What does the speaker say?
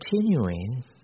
continuing